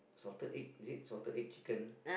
salted egg is it salted egg chicken